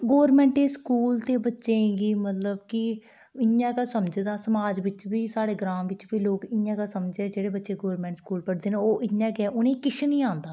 government school दे बच्चें गी मतलब कि इ'यां गै समझदा समाज बिच बी साढ़े ग्रांऽ बिच बी लोग इ'यां गै समझदे जेह्ड़े बच्चे गौरमेंट स्कूल बिच पढ़दे न ओह् इ'यां गै उ'नें गी किश निं औंदा